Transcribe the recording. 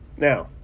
Now